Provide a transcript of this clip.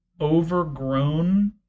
overgrown